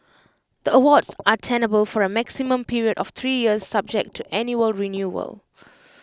the awards are tenable for A maximum period of three years subject to annual renewal